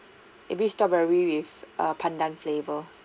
maybe strawberry with pandan flavour